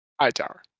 Hightower